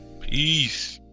peace